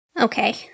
okay